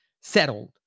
settled